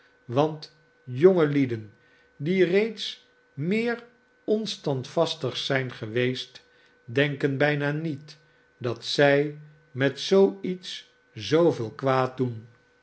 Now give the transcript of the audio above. want jonge lieden die reeds meer onstandvastig zijn geweest denken bijna niet dat zij met zoo iets zooveel kwaad doen